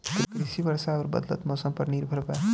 कृषि वर्षा आउर बदलत मौसम पर निर्भर बा